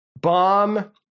bomb